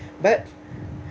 but